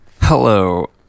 hello